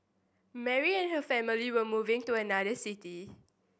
Mary and her family were moving to another city